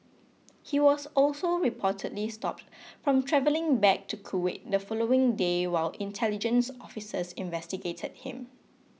he was also reportedly stopped from travelling back to Kuwait the following day while intelligence officers investigated him